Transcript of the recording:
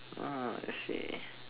ah I see